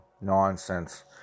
nonsense